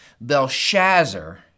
Belshazzar